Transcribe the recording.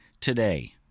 today